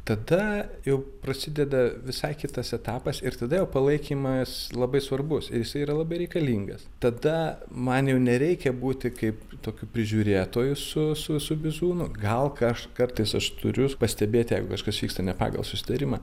tada jau prasideda visai kitas etapas ir tada jau palaikymas labai svarbus ir jisai yra labai reikalingas tada man jau nereikia būti kaip tokiu prižiūrėtoju su su su bizūnu gal ką aš kartais aš turiu pastebėti jeigu kažkas vyksta ne pagal susitarimą